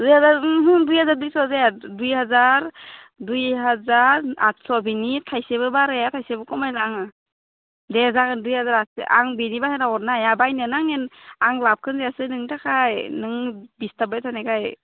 दुइ हाजार ओमहो दुइ हाजार दुइस जाया दुइ हाजार दुइ हाजार आथस' बिनि थाइसेबो बाराइया थाइसेबो खमायला आङो दे जागोन दुइ हाजार आसि आं बिनि बाइहेरा हरनो हाया बायनायानै आंनिया आं लाबखौ लायासै नोंनि थाखाय नों बिस्थाबबाय थानायखाय